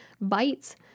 Bites